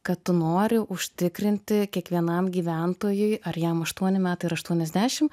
kad tu nori užtikrinti kiekvienam gyventojui ar jam aštuoni metai ar aštuoniasdešimt